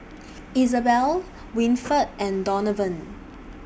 Isabel Winford and Donavon